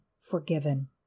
forgiven